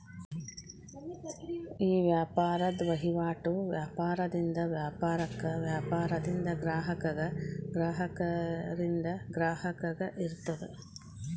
ಈ ವ್ಯಾಪಾರದ್ ವಹಿವಾಟು ವ್ಯಾಪಾರದಿಂದ ವ್ಯಾಪಾರಕ್ಕ, ವ್ಯಾಪಾರದಿಂದ ಗ್ರಾಹಕಗ, ಗ್ರಾಹಕರಿಂದ ಗ್ರಾಹಕಗ ಇರ್ತದ